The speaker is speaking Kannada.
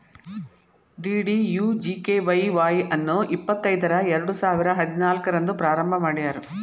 ಡಿ.ಡಿ.ಯು.ಜಿ.ಕೆ.ವೈ ವಾಯ್ ಅನ್ನು ಇಪ್ಪತೈದರ ಎರಡುಸಾವಿರ ಹದಿನಾಲ್ಕು ರಂದ್ ಪ್ರಾರಂಭ ಮಾಡ್ಯಾರ್